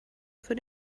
für